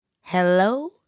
Hello